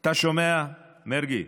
אתה שומע, מרגי?